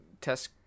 test